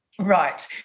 Right